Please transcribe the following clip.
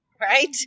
right